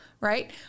right